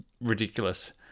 ridiculous